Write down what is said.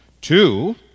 Two